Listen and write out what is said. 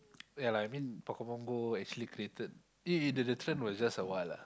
ya lah I mean Pokemon Go actually created it it the the trend was just a while ah